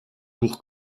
pour